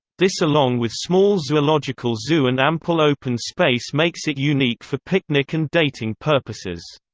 this along with small zoological zoo and ample open space makes it unique for picnic and dating purposes.